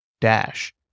dash